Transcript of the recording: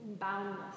boundless